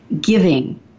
giving